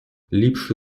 ліпше